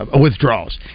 withdrawals